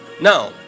now